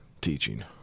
teaching